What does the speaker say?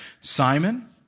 Simon